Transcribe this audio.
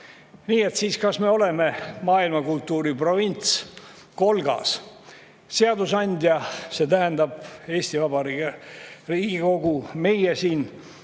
Nii et kas me oleme siis maailma kultuuriprovints, kolgas? Seadusandja, see tähendab Eesti Vabariigi Riigikogu – meie siin